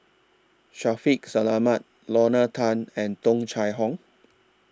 Shaffiq Selamat Lorna Tan and Tung Chye Hong